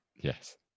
Yes